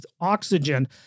oxygen